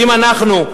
ואם אנחנו,